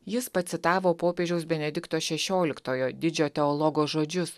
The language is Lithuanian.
jis pacitavo popiežiaus benedikto šešioliktojo didžio teologo žodžius